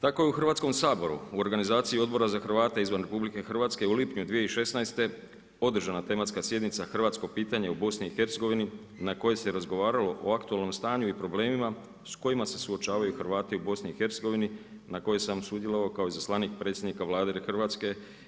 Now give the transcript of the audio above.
Tako je u Hrvatskom saboru, u organizaciji Odbora za Hrvate izvan RH, u lipnju 2016. održana tematska sjednice, hrvatsko pitanje u BIH, na kojoj se razgovaralo o aktualnom stanju i problemima s kojima se suočavaju Hrvati u BIH na kojoj sam sudjelovao kao izaslanik predsjednika Vlade Hrvatske.